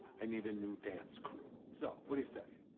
i need a new dance crew. so what do you say?